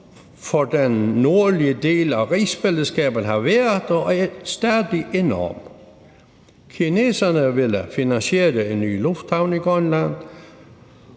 for den nordlige del af rigsfællesskabet har været og er stadig enorm. Kineserne ville finansiere en ny lufthavn i Grønland,